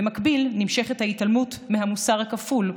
במקביל נמשכת ההתעלמות מהמוסר הכפול,